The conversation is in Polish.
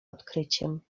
odkryciem